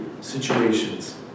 situations